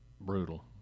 brutal